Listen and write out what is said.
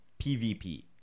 PvP